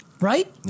Right